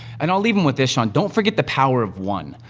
and i'll leave em with this, sean, don't forget the power of one.